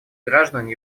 граждан